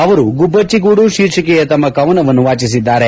ಅವರು ಗುಲ್ಲಚ್ಡಿ ಗೂಡು ಶೀರ್ಷಿಕೆಯ ತಮ್ಮ ಕವನವನ್ನು ವಾಚಿಸಿದ್ದಾರೆ